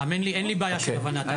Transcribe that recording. האמן לי, אין לי בעיה של הבנה.